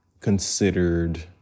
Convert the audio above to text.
considered